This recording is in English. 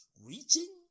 reaching